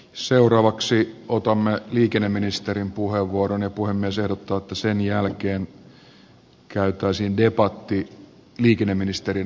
seuraavaksi otamme liikenneministerin puheenvuoron ja puhemies ehdottaa että sen jälkeen käytäisiin debatti liikenneministerin asioista